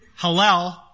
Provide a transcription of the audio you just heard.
Hallel